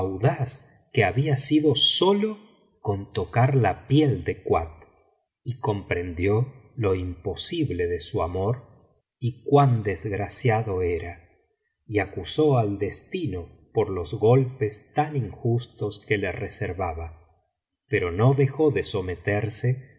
audaz que había sido sólo con tocar la piel de kuat y comprendió lo imposible de su amor y cuan desgraciado era y acusó al destino por los golpes tan injustos que le reservaba pero no dejó de someterse á